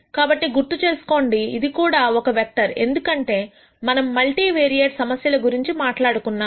కాబట్టి గుర్తుచేసుకోండి ఇది కూడా ఒక వెక్టర్ ఎందుకంటే మనము మల్టీవేరియేట్ సమస్యల గురించి మాట్లాడుకుంటున్నాము